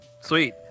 sweet